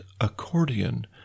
accordion